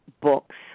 books